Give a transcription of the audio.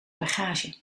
bagage